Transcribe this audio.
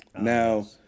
Now